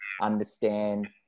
understand